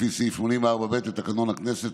לפי סעיף 84(ב) לתקנון הכנסת,